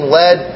led